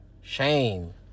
Shame